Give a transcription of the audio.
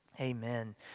Amen